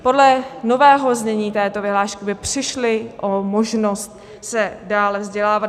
Podle nového znění této vyhlášky by přišly o možnost se dále vzdělávat.